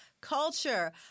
culture